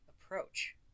approach